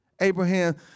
Abraham